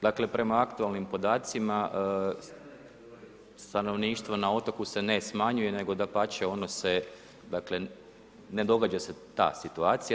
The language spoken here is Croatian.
Dakle, prema aktualnim podacima, stanovništvo na otoku se ne smanjuje, nego dapače, ono se dakle ne događa se ta situacija.